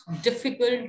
difficult